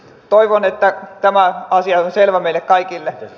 toivon että tämä asia on selvä meille kaikille